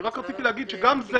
אני רק רציתי להגיד שגם זה